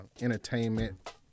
entertainment